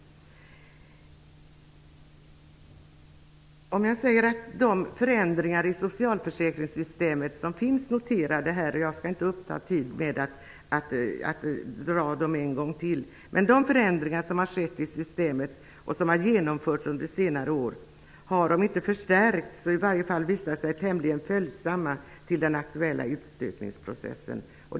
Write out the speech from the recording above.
De förändringar i socialförsäkringssystemet som genomförts under senare år har om inte förstärkt så i varje fall visat sig tämligen följsamma till den aktuella utstötningsprocessen.